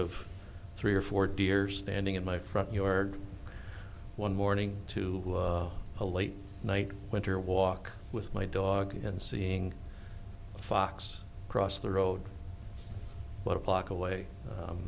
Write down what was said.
of three or four deer standing in my front yard one morning to a late night winter walk with my dog and seeing a fox across the road but a block away